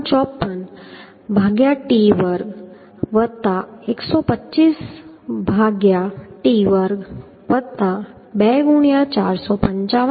54 ભાગ્યા t વર્ગ 125 ભાગ્યા t વર્ગ 2 ગુણ્યા 455